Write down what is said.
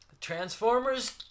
Transformers